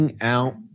out